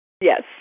Yes